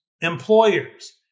employers